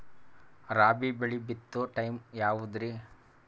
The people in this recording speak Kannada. ರಾಬಿ ಬೆಳಿ ಬಿತ್ತೋ ಟೈಮ್ ಯಾವದ್ರಿ?